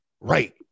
right